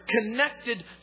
connected